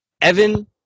Evan